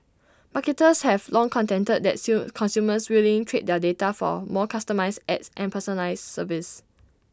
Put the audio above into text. marketers have long contended that sume consumers willing in trade their data for more customised ads and personalised services